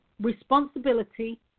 responsibility